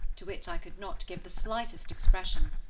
to which i could not give the slightest expression,